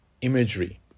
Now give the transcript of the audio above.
imagery